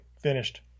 Finished